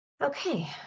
Okay